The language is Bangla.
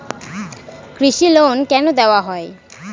কৃষি লোন কেন দেওয়া হয়?